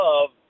love